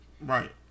Right